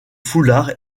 foulard